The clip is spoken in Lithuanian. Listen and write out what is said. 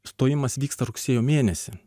stojimas vyksta rugsėjo mėnesį